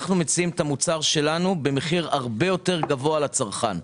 אנחנו מציעים את המוצר שלנו במחיר הרבה יותר גבוה לצרכן,